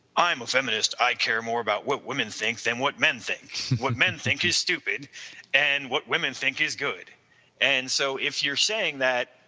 i'm a feminist, i care more about what women thinks than what men thinks what men think is stupid and what women think is good and so if you're saying that,